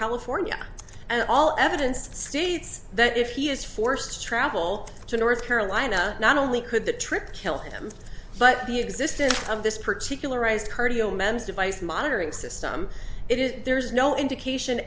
california and all evidence states that if he is forced to travel to north carolina not only could the trip kill him but the existence of this particular rise cardio men's device monitoring system it is there's no indication